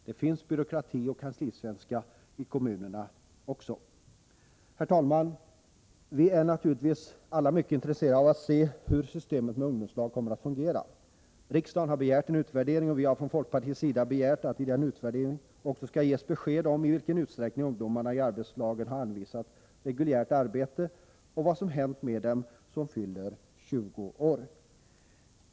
Det finns byråkrati och kanslisvenska i kommunerna också. Herr talman! Vi är naturligtvis alla mycket intresserade av att se hur systemet med ungdomslag kommer att fungera. Riksdagen har begärt en utvärdering, och vi har från folkpartiets sida begärt att i den utvärderingen också skall ges besked om i vilken utsträckning ungdomarna i arbetslagen har anvisats reguljärt arbete och vad som har hänt med dem som fyller 20 år.